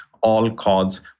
all-cause